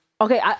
okay